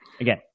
Again